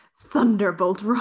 thunderbolt